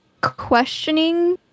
questioning